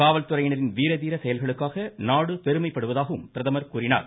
காவல்துறையினரின் வீர தீர செயல்களுக்காக நாடு பெருமைப்படுவதாகவும் பிரதமர் கூறினார்